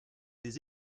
des